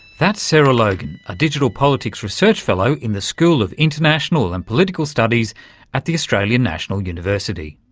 that's sarah logan, a digital politics research fellow in the school of international and political studies at the australian national university.